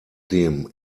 dem